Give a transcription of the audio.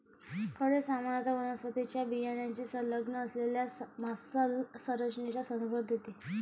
फळ सामान्यत वनस्पतीच्या बियाण्याशी संलग्न असलेल्या मांसल संरचनेचा संदर्भ देते